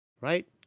right